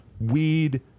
weed